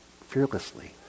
fearlessly